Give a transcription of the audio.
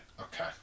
okay